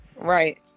Right